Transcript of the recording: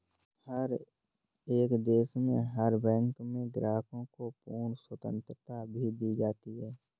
हर एक देश में हर बैंक में ग्राहकों को पूर्ण स्वतन्त्रता भी दी जाती है